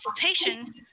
consultation